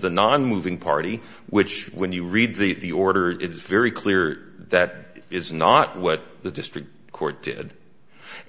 the nonmoving party which when you read the the order it's very clear that is not what the district court did